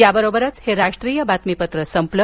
याबरोबरच हे राष्ट्रीय बातमीपत्र संपलं